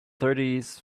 thirties